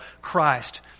Christ